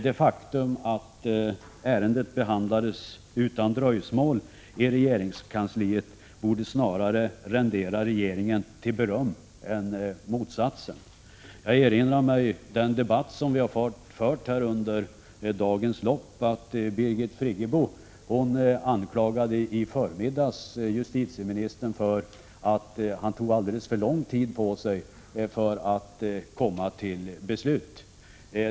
Det faktum att ärendet behandlades utan dröjsmål i regeringskansliet borde snarare rendera regeringen beröm i stället för motsatsen. Jag erinrar mig att Birgit Friggebo under den debatt vi har fört under dagens lopp anklagade justitieministern för att han tog alldeles för lång tid på sig för att fatta ett beslut.